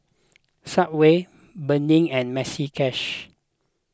Subway Burnie and Maxi Cash